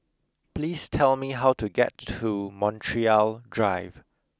please tell me how to get to Montreal Drive